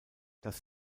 dass